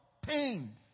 pains